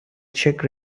czech